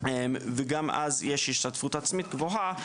וגם אז יש השתתפות עצמית גבוהה,